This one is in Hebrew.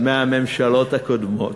מהממשלות הקודמות.